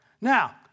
Now